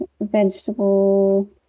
vegetable